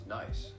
nice